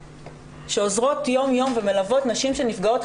ואלה נשים שעוזרות יום יום ומלוות נשים שנפגעות.